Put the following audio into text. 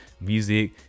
music